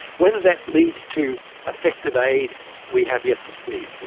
whether that leads to effective aid we have yet to see.